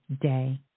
day